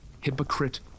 hypocrite